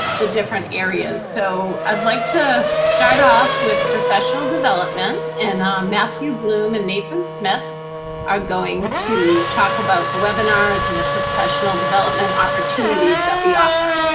the different areas. so, i'd like to start off with professional development and matthew bloom and nathan smith are going to talk about the webinars and the professional development opportunities that we offer.